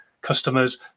customers